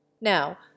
Now